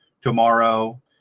tomorrow